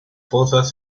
fosas